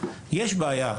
אז יש בעיה,